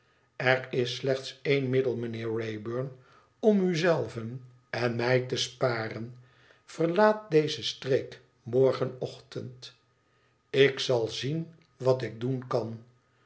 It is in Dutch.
r is slechts één middel mijnheer wraybum om u zei ven en mij te sparen verlaat deze streek morgenochtend ik zal zien wat ik doen dan